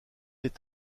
est